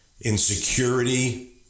insecurity